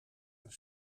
een